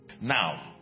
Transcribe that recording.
Now